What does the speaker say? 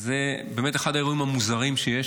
זה באמת אחד האירועים המוזרים שיש,